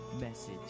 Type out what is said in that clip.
message